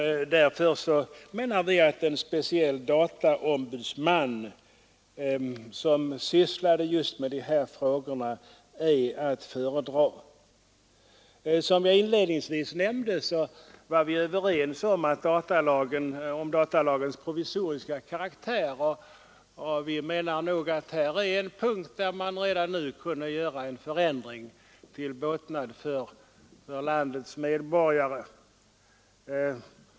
Därför anser vi att en speciell dataombudsman, som sysslade just med dessa frågor, är att föredra. Som jag inledningsvis nämnde var vi överens om datalagens provisoriska karaktär. Vi menar att här är en punkt, där man redan nu kunde göra en förändring till båtnad för landets medborgare.